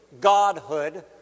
godhood